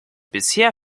bisher